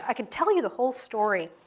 ah could tell you the whole story.